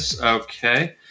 Okay